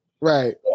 Right